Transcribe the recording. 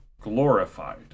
glorified